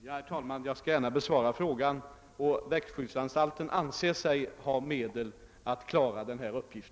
Herr talman! Den frågan kan jag genast besvara. På växtskyddsanstalten anser man sig ha tillräckliga medel att klara denna uppgift.